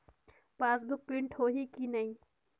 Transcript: Passbook print होही कि नहीं?